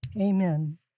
Amen